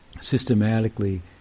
systematically